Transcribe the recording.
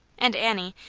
and annie,